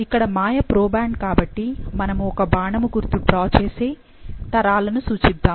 ఇక్కడ మాయ ప్రోబ్యాండ్ కాబట్టి మనము ఒక బాణము గుర్తు డ్రా చేసి తరాలను సూచిద్దాము